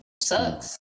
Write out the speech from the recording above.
sucks